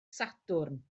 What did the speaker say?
sadwrn